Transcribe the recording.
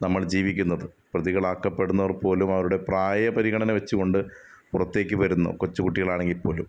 നമ്മള് ജീവിക്കുന്നത് പ്രതികളാക്കപ്പെടുന്നവര്പോലും അവരുടെ പ്രായപരിഗണന വെച്ചുകൊണ്ട് പുറത്തേക്ക് വരുന്നു കൊച്ചുകുട്ടികളാണെങ്കിൽ പോലും